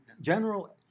general